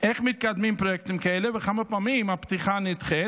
איך מתקדמים פרויקטים כאלה וכמה פעמים הפתיחה נדחית,